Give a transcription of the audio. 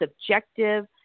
subjective